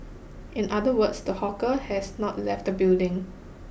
in other words the hawker has not left the building